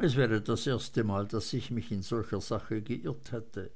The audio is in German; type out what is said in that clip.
es wäre das erste mal daß ich mich in solcher sache geirrt hätte